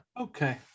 Okay